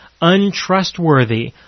untrustworthy